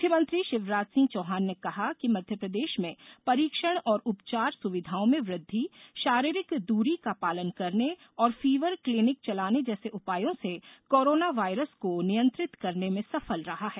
मुख्यमंत्री शिवराज सिंह चौहान ने कहा कि मध्य प्रदेश में परीक्षण और उपचार सुविधाओं में वृद्वि शारीरिक दूरी का पालन करने और फीवर क्लीनिक चलाने जैसे उपायों से कोरोना वायरस को नियंत्रित करने में सफल रहा है